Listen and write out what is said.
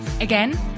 Again